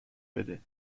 بده